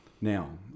now